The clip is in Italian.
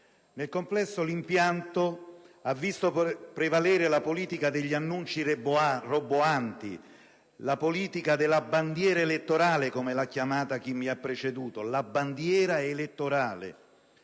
Nel complesso, l'impianto ha visto prevalere la politica degli annunci roboanti, della bandiera elettorale, come l'ha definita chi mi ha preceduto, e delle